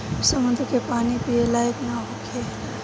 समुंद्र के पानी पिए लायक ना होखेला